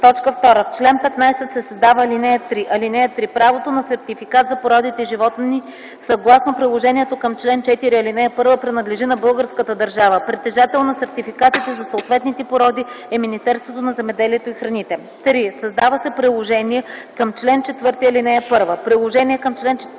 2. В чл. 15 се създава ал. 3: „(3) Правото на сертификат за породите животни съгласно приложението към чл. 4, ал. 1 принадлежи на българската държава. Притежател на сертификатите за съответните породи е Министерството на земеделието и храните.” 3. Създава се приложение към чл. 4, ал. 1: „Приложение към чл. 4,